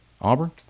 Auburn